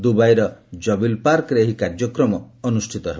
ଦୁବାଇର ଜବିଲ୍ ପାର୍କରେ ଏହି କାର୍ଯ୍ୟକ୍ରମ ଅନୁଷ୍ଠିତ ହେବ